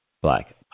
black